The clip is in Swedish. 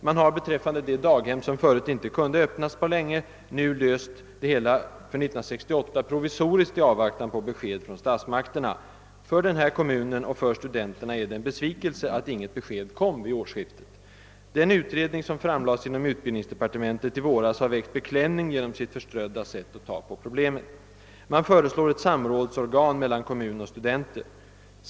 Man har beträffande det daghem som länge inte kunde öppnas för 1968 provisoriskt löst frågan i avvaktan på besked från statsmakterna. För denna kommun och för studenterna är det en besvikelse att inget besked kom vid årsskiftet. Den utredning som framlades inom utbildningsdepartementet i våras har väckt beklämning genom att den tagit på problemet på ett så förstrött sätt. Utredningen föreslår ett samrådsorgan mellan kommun och studenter.